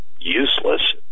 useless